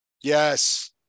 Yes